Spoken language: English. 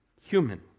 human